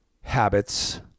habits